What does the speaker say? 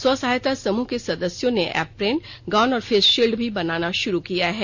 स्व सहायता समूह के सदस्यों ने एप्रेन गाउन और फेस शील्ड भी बनाना शुरू किया है